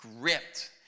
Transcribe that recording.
gripped